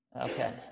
Okay